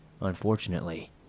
Unfortunately